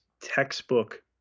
textbook